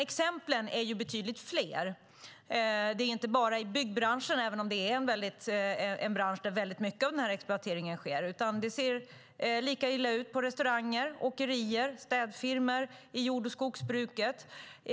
Exemplen är betydligt fler. Mycket av exploateringen sker i byggbranschen, men det ser lika illa ut på restauranger, åkerier, städfirmor och i jord och skogsbruket.